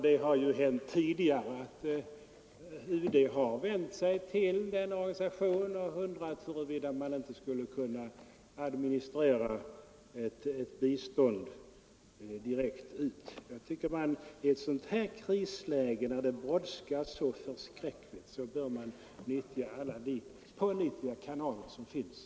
Det har ju hänt tidigare att UD har vänt sig till den organisationen och frågat om man inte direkt skulle kunna administrera ett bistånd. Jag tycker att i ett sådant här krisläge, då det brådskar så förskräckligt, Nr 111 bör man utnyttja alla de pålitliga kanaler som finns.